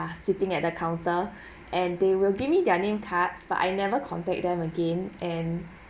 sitting at the counter and they will give me their name cards but I never contact them again and